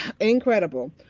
incredible